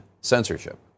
censorship